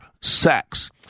sex